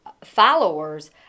followers